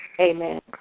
Amen